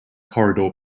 corridor